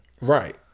Right